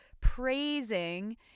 praising